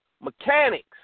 mechanics